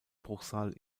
bruchsal